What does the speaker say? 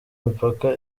mipaka